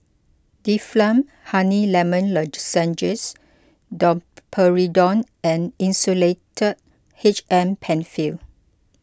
Difflam Honey Lemon Lozenges Domperidone and Insulatard H M Penfill